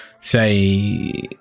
say